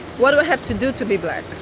what do i have to do to be black?